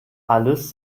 alles